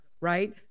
right